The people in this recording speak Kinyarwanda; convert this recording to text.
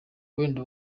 wenda